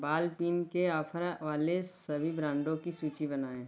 बाल पिन के ऑफ़र वाले सभी ब्रांडों की सूचि बनाएँ